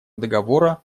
договора